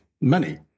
money